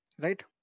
Right